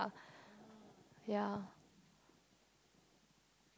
ya